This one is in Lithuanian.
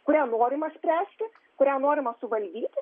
kurią norima spręsti kurią norima suvaldyti